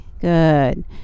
good